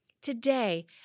Today